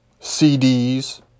CDs